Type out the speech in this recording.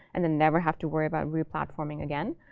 and then never have to worry about replatforming again.